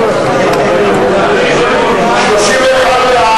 (מס' 121),